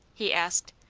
he asked.